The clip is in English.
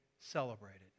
celebrated